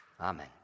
Amen